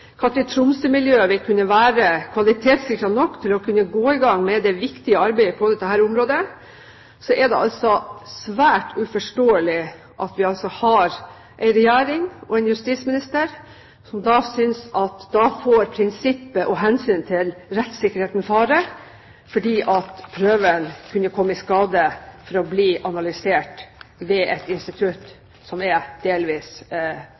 vil være kvalitetssikret nok til å kunne gå i gang med det viktige arbeidet på dette området, så er det svært uforståelig at vi har en regjering og en justisminister som synes at prinsippet og hensynet til rettssikkerheten får fare fordi prøven kunne komme i skade for å bli analysert ved et institutt som er delvis